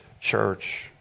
church